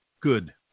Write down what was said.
good